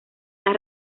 las